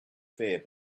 fear